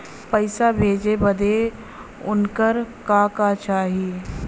पैसा भेजे बदे उनकर का का चाही?